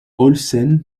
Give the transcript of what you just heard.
olsen